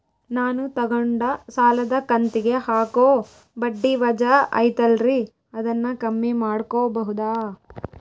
ನಾನು ತಗೊಂಡ ಸಾಲದ ಕಂತಿಗೆ ಹಾಕೋ ಬಡ್ಡಿ ವಜಾ ಐತಲ್ರಿ ಅದನ್ನ ಕಮ್ಮಿ ಮಾಡಕೋಬಹುದಾ?